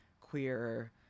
queer –